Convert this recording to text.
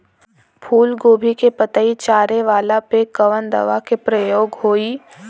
फूलगोभी के पतई चारे वाला पे कवन दवा के प्रयोग होई?